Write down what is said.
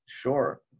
Sure